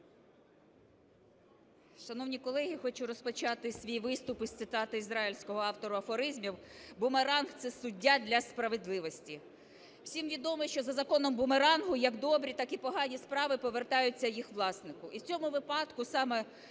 Шановні колеги, хочу розпочати свій виступ із цитати ізраїльського автора афоризмів: "Бумеранг – це суддя для справедливості". Всім відомо, що за законом бумерангу як добрі, так і погані справи повертаються їх власнику. І в цьому випадку саме